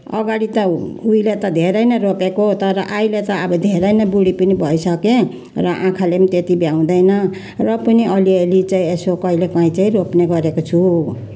अगाडि त उहिले त धेरै नै रोपेको तर अहिले त अब धेरै नै बुढी पनि भइसकेँ र आँखाले पनि त्यत्ति भ्याउँदैन र पनि अलिअलि चाहिँ यसो कहिलेकाहीँ चाहिँ रोप्ने गरेको छु